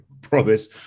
promise